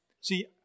See